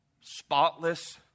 spotless